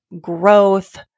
growth